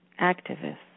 activists